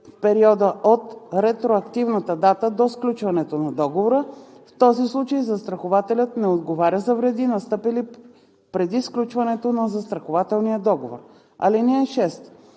периода от ретроактивната дата до сключването на договора; в този случай застрахователят не отговаря за вреди, настъпили преди сключването на застрахователния договор. (6)